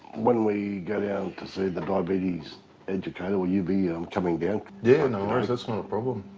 when we go down to see the diabetes educator, will you be coming down? yeah, no worries. that's not a problem.